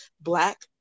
Black